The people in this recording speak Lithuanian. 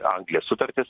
anglija sutartis